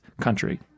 country